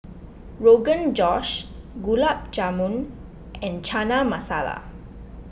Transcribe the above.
Rogan Josh Gulab Jamun and Chana Masala